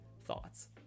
thoughts